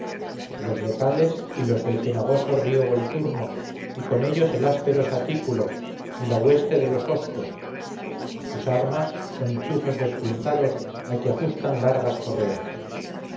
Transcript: los de cales y los del cenagoso río volturno y con ellos el áspero satículo y la hueste de los oscos sus armas son chuzos despuntados a que ajustan largas correas